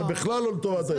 זה בכלל לא לטובת האזרח.